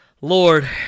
Lord